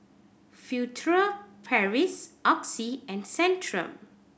Furtere Paris Oxy and Centrum